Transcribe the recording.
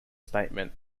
statement